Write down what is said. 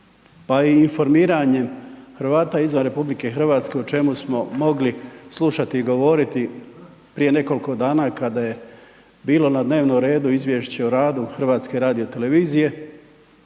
pa i informiranjem Hrvata izvan RH o čemu smo mogli slušati i govoriti prije nekoliko dana kada je bilo na dnevnom redu Izvješće o radu HRT-a, razvila i pitanje